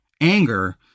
anger